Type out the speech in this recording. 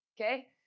okay